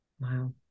Wow